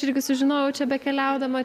irgi sužinojau čia bekeliaudama